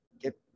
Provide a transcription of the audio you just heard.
Get